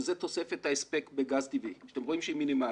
שזאת תוספת ההספק בגז טבעי שאתם רואים שהיא מינימלית.